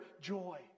joy